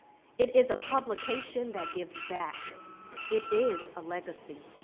it is a publication that gives back it is a legacy.